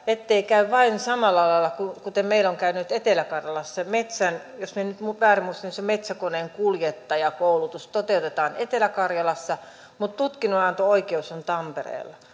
ettei vain käy samalla lailla kuten meillä on käynyt etelä karjalassa jos en nyt väärin muista niin metsäkoneenkuljettajakoulutus toteutetaan etelä karjalassa mutta tutkinnonanto oikeus on tampereella